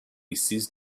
ceased